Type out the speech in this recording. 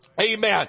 Amen